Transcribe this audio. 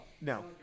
No